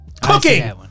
cooking